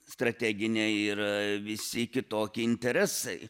strateginiai ir visi kitokie interesai